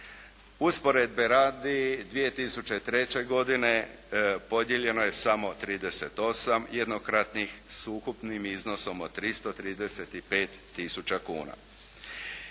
Usporedbe radi 2003. godine podijeljeno je samo 38 jednokratnih s ukupnih iznosom od 335 tisuća kuna.